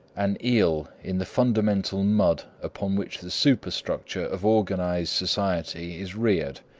an eel in the fundamental mud upon which the superstructure of organized society is reared.